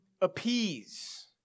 appease